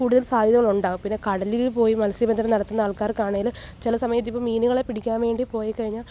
കൂടുതല് സാദ്ധ്യതകൾ ഉണ്ടാകും പിന്നെ കടലിൽ പോയി മത്സ്യബന്ധനം നടത്തുന്ന ആള്ക്കാര്ക്കാണേൽ ചില സമയം ഇതിപ്പം മീനുകളെ പിടിക്കാന് വേണ്ടി പോയിക്കഴിഞ്ഞാൽ